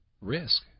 risk